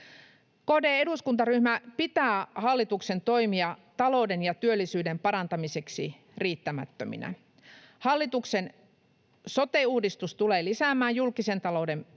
KD-eduskuntaryhmä pitää hallituksen toimia talouden ja työllisyyden parantamiseksi riittämättöminä. Hallituksen sote-uudistus tulee lisäämään julkisen talouden menoja